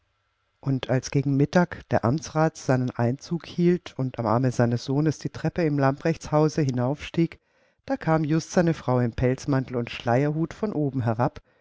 und als gegen mittag der amtsrat seinen einzug hielt und am arme seines sohnes die treppe im lamprechtshause hinaufstieg da kam just seine frau im pelzmantel und schleierhut von oben herab